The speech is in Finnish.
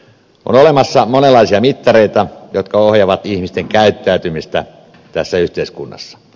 on olemassa monenlaisia mittareita jotka ohjaavat ihmisten käyttäytymistä tässä yhteiskunnassa